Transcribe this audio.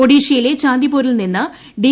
ഒഡീഷയിലെ ചാന്ദിപൂരിൽ നിന്ന ഡി